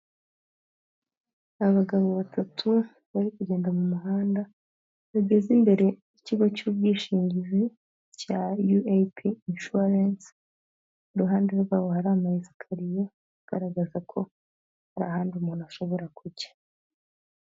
Abagabo batatu bari kugenda mu muhanda, bageze imbere y'ikigo cy'ubwishingizi cya UAP inshuwarensi, iruhande rwaho hari amasayesikariye agaragaza ko nta handi umuntu ashobora kujya.